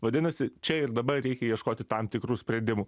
vadinasi čia ir dabar reikia ieškoti tam tikrų sprendimų